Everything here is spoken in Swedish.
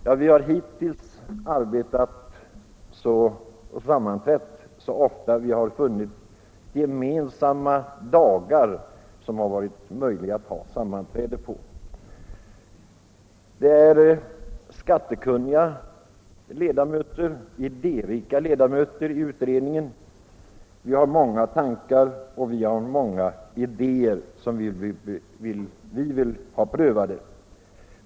Ja, hittills har vi sammanträtt så ofta vi har funnit dagar då det varit möjligt för oss alla. Det är skattekunniga och idérika ledamöter i utredningen. Vi har många tankar som vi vill få prövade.